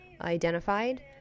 identified